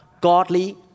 godly